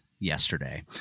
yesterday